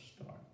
start